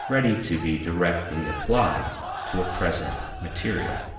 ready to be directly applied to a present material.